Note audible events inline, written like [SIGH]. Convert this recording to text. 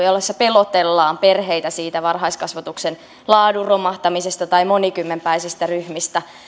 [UNINTELLIGIBLE] joissa pelotellaan perheitä varhaiskasvatuksen laadun romahtamisesta tai monikymmenpäisistä ryhmistä